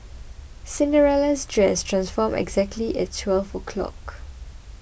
Cinderella's dress transformed exactly at twelve o'clock